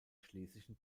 schlesischen